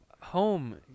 Home